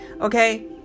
okay